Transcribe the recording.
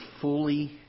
fully